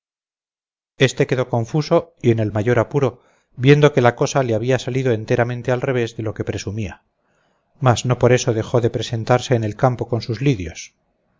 este quedó confuso y en el mayor apuro viendo que la cosa le había salido enteramente al revés de lo que presumía mas no por eso dejó de presentarse en el campo con sus lidios